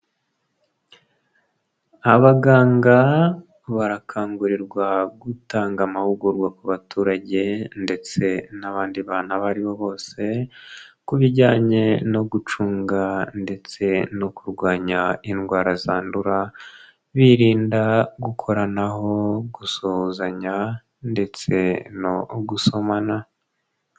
Abaganga barakangurirwa gutanga amahugurwa ku baturage ndetse n'abandi bana abo aribo bose ku bijyanye no gucunga ndetse no kurwanya indwara zandura, birinda gukoranaho, gusuhuzanya ndetse no gusomana.